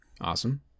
Awesome